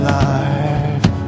life